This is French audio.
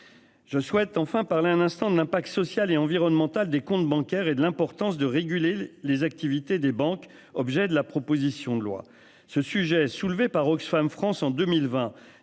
Je souhaite enfin parler un instant de l'impact social et environnemental des comptes bancaires et de l'importance de réguler les activités des banques. Objet de la proposition de loi ce sujet soulevé par Oxfam France en 2020,